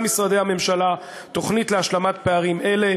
משרדי הממשלה תוכנית להשלמת פערים אלה,